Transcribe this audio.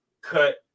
cut